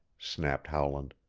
snapped howland.